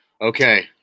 Okay